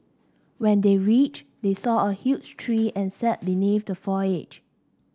when they reached they saw a huge tree and sat beneath the foliage